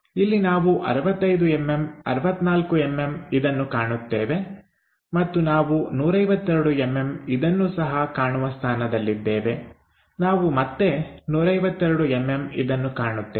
ಅಲ್ಲಿ ನಾವು 65 ಎಂಎಂ 64ಎಂಎಂ ಇದನ್ನು ಕಾಣುತ್ತೇವೆ ಮತ್ತು ನಾವು152ಎಂಎಂ ಇದನ್ನು ಸಹ ಕಾಣುವ ಸ್ಥಾನದಲ್ಲಿದ್ದೇವೆ ನಾವು ಮತ್ತೆ 152ಎಂಎಂ ಇದನ್ನು ಕಾಣುತ್ತೇವೆ